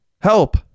Help